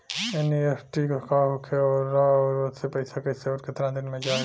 NEFT का होखेला और ओसे पैसा कैसे आउर केतना दिन मे जायी?